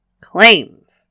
claims